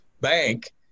bank